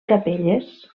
capelles